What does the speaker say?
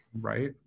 Right